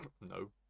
No